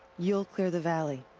you'll clear the valley.